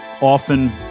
often